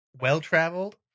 well-traveled